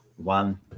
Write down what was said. one